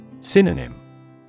Synonym